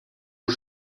aux